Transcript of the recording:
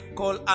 call